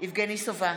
יבגני סובה,